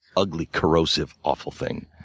ugly, corrosive, awful thing.